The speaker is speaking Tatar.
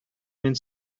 мин